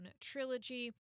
trilogy